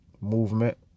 movement